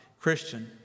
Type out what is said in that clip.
Christian